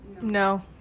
No